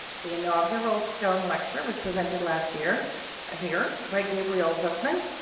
the inaugural stone lecture was presented last year here by gabriel zucman.